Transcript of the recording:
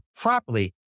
properly